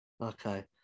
Okay